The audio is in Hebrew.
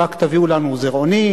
רק תביאו לנו זרעונים,